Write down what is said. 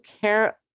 care